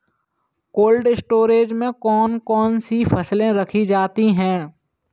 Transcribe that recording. Cold storage में कौन कौन सी फसलें रखी जाती हैं?